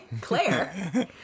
Claire